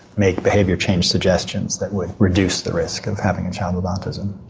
make behaviour change suggestions that would reduce the risk of having a child with autism.